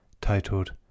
titled